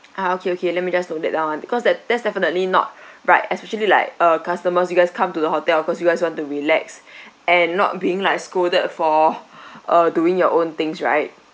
ah okay okay let me just note that down ah because that that's definitely not right especially like uh customers you guys come to the hotel cause you guys want to relax and not being like scolded for uh doing your own things right